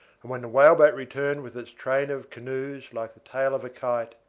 and when the whaleboat returned with its train of canoes like the tail of a kite,